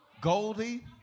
Goldie